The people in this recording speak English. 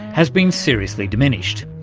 has been seriously diminished.